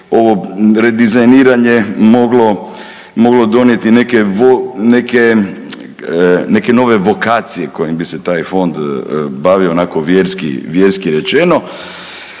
ovo redizajniranje moglo donijeti neke nove vokacije kojim bi se taj Fond bavio, onako vjerski rečeno.